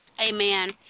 Amen